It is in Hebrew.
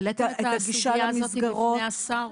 העלית את הסוגיה הזאת בפני השר.